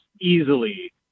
easily